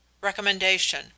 RECOMMENDATION